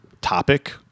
topic